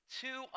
two